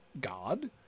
God